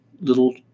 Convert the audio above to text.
little